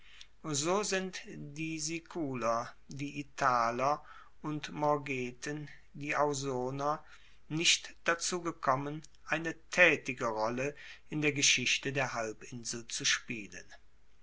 so sind die siculer die italer und morgeten die ausner nicht dazu gekommen eine taetige rolle in der geschichte der halbinsel zu spielen